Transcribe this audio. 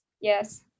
Yes